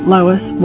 Lois